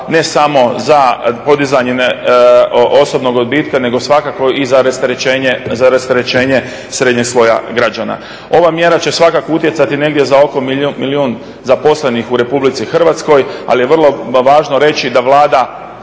ne samo za podizanje osobnog odbitka, nego svakako i za rasterećenje srednjeg sloja građana. Ova mjera će svakako utjecati negdje za oko milijun zaposlenih u Republici Hrvatskoj, ali je vrlo važno reći da Vlada